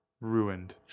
ruined